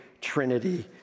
trinity